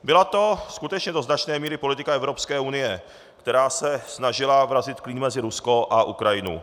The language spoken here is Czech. Byla to skutečně do značné míry politika Evropské unie, která se snažila vrazit klín mezi Rusko a Ukrajinu.